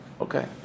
Okay